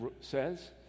says